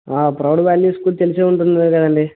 proud value school తెలిసే ఉంటుంది కదా అండి